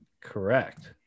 Correct